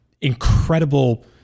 incredible